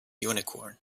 unicorn